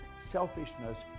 Selfishness